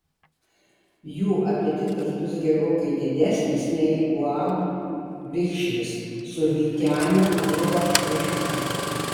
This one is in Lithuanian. jų apetitas bus gerokai didesnis nei uab vikšris su vyteniu urba priešaky